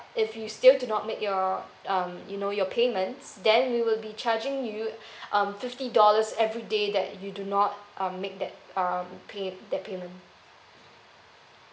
if you still do not make your um you know your payments then we will be charging you um fifty dollars everyday that you do not um make that um pay that payment